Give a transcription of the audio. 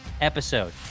episode